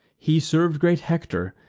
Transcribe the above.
he serv'd great hector,